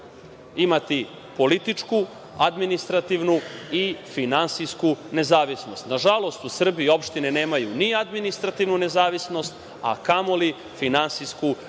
imati političku, administrativnu i finansijsku nezavisnost. Nažalost, u Srbiji opštine nemaju ni administrativnu nezavisnost, a kamoli finansijsku nezavisnost.